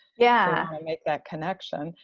yeah, that connection.